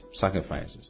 sacrifices